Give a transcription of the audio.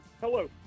Hello